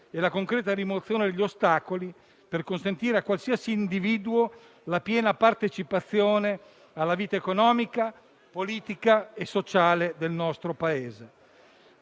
della concreta rimozione degli ostacoli per consentire a qualsiasi individuo la piena partecipazione alla vita economica, politica e sociale del nostro Paese.